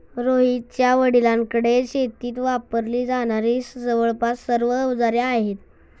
रोहितच्या वडिलांकडे शेतीत वापरली जाणारी जवळपास सर्व अवजारे आहेत